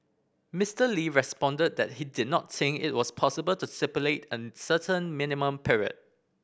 Mister Lee responded that he did not think it was possible to stipulate a certain minimum period